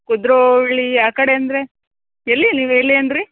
ಕುದ್ರೋಳಿ ಆ ಕಡೆ ಅಂದರೆ ಎಲ್ಲಿ ನೀವು ಎಲ್ಲಿ ಅಂದಿರಿ